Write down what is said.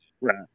right